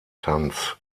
tanz